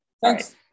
Thanks